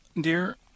dear